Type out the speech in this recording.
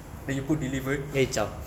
then you put delivered